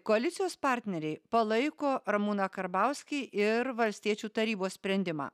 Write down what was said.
koalicijos partneriai palaiko ramūną karbauskį ir valstiečių tarybos sprendimą